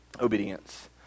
obedience